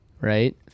Right